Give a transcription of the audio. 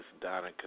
Donna